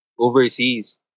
Overseas